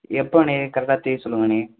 எப்போணே கரெக்ட்டாக தேதி சொல்லுங்கண்ணே